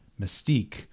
Mystique